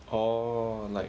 orh like